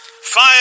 Fire